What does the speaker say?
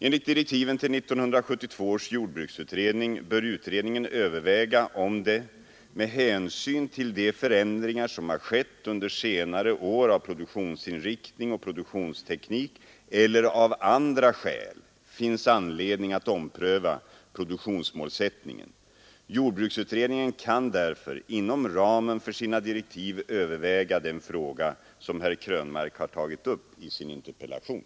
Enligt direktiven till 1972 års jordbruksutredning bör utredningen överväga om det, med hänsyn till de förändringar som har skett under senare år av produktionsinriktning och produktionsteknik eller av andra skäl, finns anledning att ompröva produktionsmålsättningen. Jordbruksutredningen kan därför inom ramen för sina direktiv överväga den fråga som herr Krönmark har tagit upp i sin interpellation.